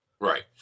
Right